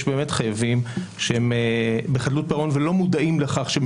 יש חייבים שהם בחדלות פירעון ולא מודעים לכך,